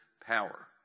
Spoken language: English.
power